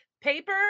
Paper